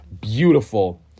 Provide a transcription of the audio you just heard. beautiful